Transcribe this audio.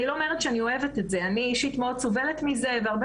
אני לא אומרת שאני אוהבת את זה - אני אישית מאוד סובלת מזה והרבה